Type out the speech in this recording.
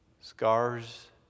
Scars